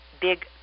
big